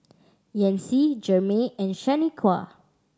Yancy Jermey and Shaniqua